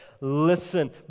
listen